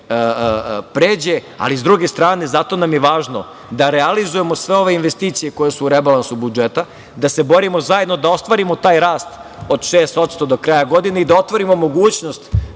pređe, ali s druge strane zato nam je važno da realizujemo sve ove investicije koje su u rebalansu budžeta, da se borimo zajedno, da ostvarimo taj rast od 6% do kraja godine i da otvorimo mogućnost